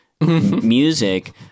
music